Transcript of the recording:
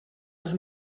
els